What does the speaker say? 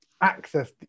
access